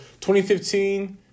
2015